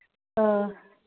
ꯑ